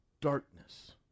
darkness